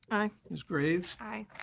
aye. ms. graves. aye.